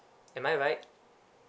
am I right